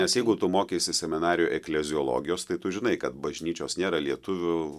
nes jeigu tu mokeisi seminarijoj ekleziologijos tai tu žinai kad bažnyčios nėra lietuvių